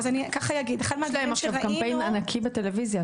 יש להם עכשיו קמפיין ענקי בטלוויזיה,